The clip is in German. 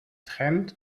trend